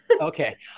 Okay